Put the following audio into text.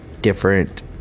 different